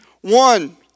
One